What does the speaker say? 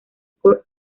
kurt